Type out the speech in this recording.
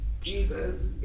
Jesus